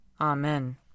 Amen